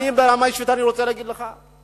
ברמה האישית אני רוצה להגיד לך,